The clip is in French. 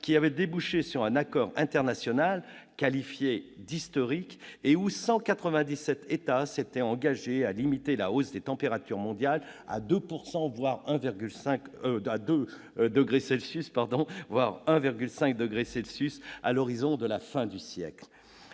avait débouché sur un accord international, qualifié d'historique, par lequel 197 États s'étaient engagés à limiter la hausse des températures mondiales à 2°C, voire à 1,5°C, à l'horizon de la fin du siècle.